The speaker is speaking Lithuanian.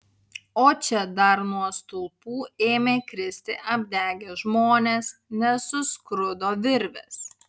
o čia dar nuo stulpų ėmė kristi apdegę žmonės nes suskrudo virvės